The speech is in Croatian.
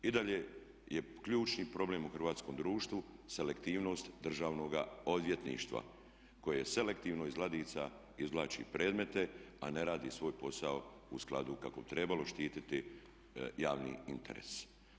I dalje je ključni problem u hrvatskom društvu selektivnost državnoga odvjetništva koje selektivno iz ladica izvlači predmete, a ne radi svoj posao u skladu kako bi trebalo štititi javni interes.